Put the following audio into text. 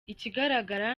ikigaragara